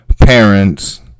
parents